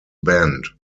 banned